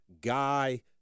Guy